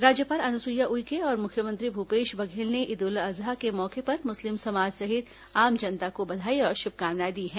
राज्यपाल अनुसुईया उइके और मुख्यमंत्री भूपेश बघेल ने ईद उल अजहा के मौके पर मुस्लिम समाज सहित आम जनता को बधाई और श्भकामनाएं दी हैं